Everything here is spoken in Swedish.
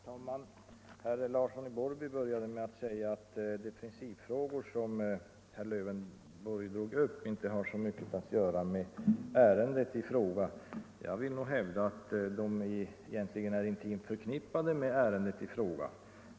Herr talman! Herr Larsson i Borrby började med att säga att de principfrågor som jag drog upp inte har så mycket att göra med detta ärende. Jag vill nog hävda att de egentligen är intimt förknippade med detta ärende.